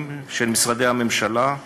נציגים של משרדי ממשלה,